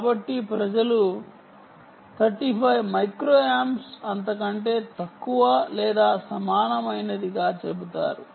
కాబట్టి ప్రజలు 35 micro amps అంతకంటే తక్కువ లేదా సమానమైనదిగా చెబుతారు